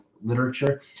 literature